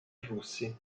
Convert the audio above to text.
russi